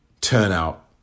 turnout